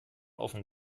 offen